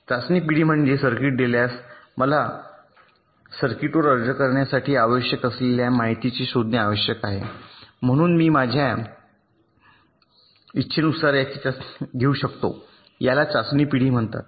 चाचणी पिढी म्हणजे सर्किट दिल्यास मला सर्किटवर अर्ज करण्यासाठी आवश्यक असलेल्या माहितीचे शोधणे आवश्यक आहे म्हणून मी माझ्या इच्छेनुसार याची चाचणी घेऊ शकतो याला चाचणी पिढी म्हणतात